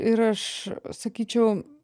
ir aš sakyčiau